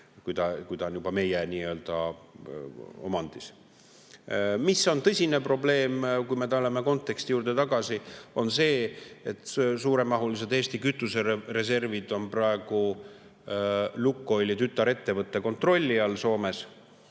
kui ta on juba meie omandis. Tõsine probleem, kui me tuleme konteksti juurde tagasi, on see, et suuremahulised Eesti kütusereservid on praegu Lukoili tütarettevõtte kontrolli all Soomes.